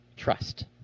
trust